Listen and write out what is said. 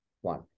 One